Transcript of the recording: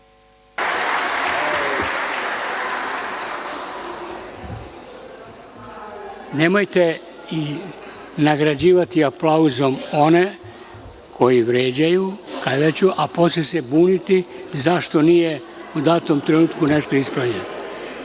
Nemojte nagrađivati aplauzom one koji vređaju, kleveću, a posle se buni zašto nije u datom trenutku nešto ispravljeno.